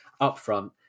upfront